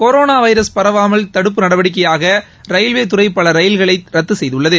corona virus பரவல் தடுப்பு நடவடிக்கையாக ரயில்வே துறை பல ரயில்களை ரத்து செய்துள்ளது